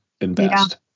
invest